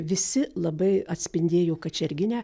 visi labai atspindėjo kačerginę